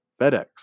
FedEx